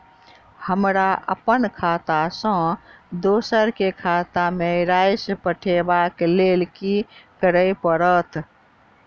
हमरा अप्पन खाता सँ दोसर केँ खाता मे राशि पठेवाक लेल की करऽ पड़त?